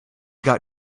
got